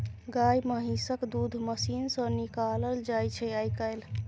गाए महिषक दूध मशीन सँ निकालल जाइ छै आइ काल्हि